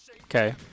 Okay